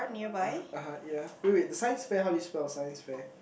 (uh huh) (uh huh) ya wait wait the science fair how it spell science fair